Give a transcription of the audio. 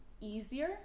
easier